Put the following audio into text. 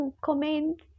comment